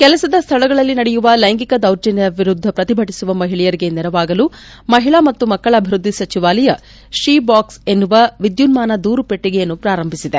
ಕೆಲಸದ ಸ್ಥಳಗಳಲ್ಲಿ ನಡೆಯುವ ಲೈಂಗಿಕ ದೌರ್ಜನ್ನದ ವಿರುದ್ದ ಪ್ರತಿಭಟಿಸುವ ಮಹಿಳೆಯರಿಗೆ ನೆರವಾಗಲು ಮಹಿಳಾ ಮತ್ತು ಮಕ್ಕಳ ಅಭಿವೃದ್ದಿ ಸಚಿವಾಲಯ ಶಿ ಬಾಕ್ಸ್ ಎನ್ತುವ ವಿದ್ಯುನ್ಮಾನ ದೂರು ಪೆಟ್ಟಿಗೆಯನ್ನು ಪ್ರಾರಂಭಿಸಿದೆ